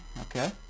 Okay